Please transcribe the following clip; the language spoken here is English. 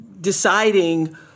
deciding